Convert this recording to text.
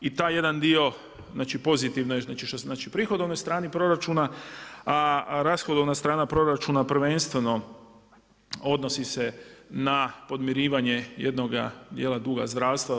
I taj jedan dio, znači pozitivno je znači prihodovnoj strani proračuna, a rashodovna strana proračuna prvenstveno odnosi se na podmirivanje jednoga dijela duga zdravstva.